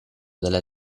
delle